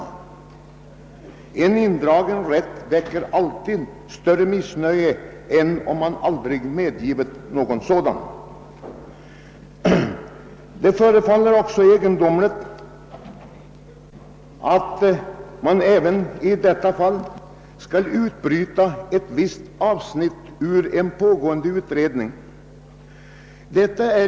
Att en rätt drages in väcker ju nog större missnöje än om någon försäljningsrätt aldrig meddelats. Det förefaller också egendomligt att här bryta ut ett visst avsnitt ur en uppgift som en pågående utredning arbetar med.